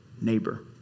neighbor